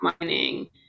mining